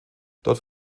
dort